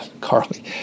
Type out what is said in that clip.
Carly